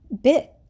bit